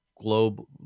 global